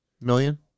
Million